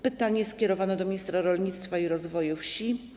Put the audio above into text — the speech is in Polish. Pytanie skierowane jest do ministra rolnictwa i rozwoju wsi.